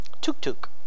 tuk-tuk